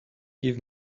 give